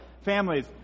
families